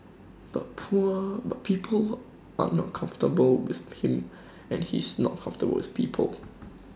but poor but people are not comfortable with him and he's not comfortable with people